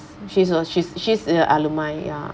she's a she's she's the alumni ya